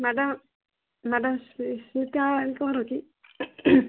madam madam